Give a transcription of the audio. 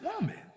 woman